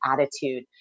attitude